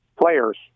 players